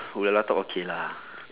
who Lalatalk okay lah